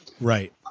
Right